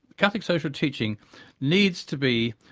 catholic social teaching needs to be,